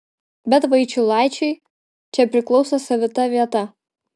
bet vaičiulaičiui čia priklauso savita vieta